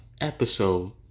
episode